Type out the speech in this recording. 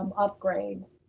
upgrades.